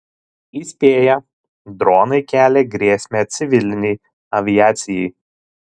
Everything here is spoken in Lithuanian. įspėja dronai kelia grėsmę civilinei aviacijai